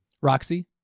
Roxy